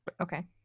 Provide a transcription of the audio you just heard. Okay